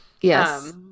Yes